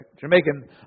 Jamaican